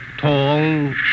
Tall